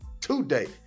today